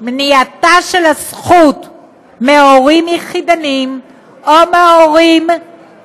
מניעת הזכות מהורים יחידנים או מהורים